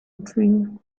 dream